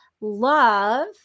love